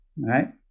right